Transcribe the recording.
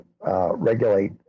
regulate